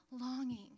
longing